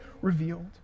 revealed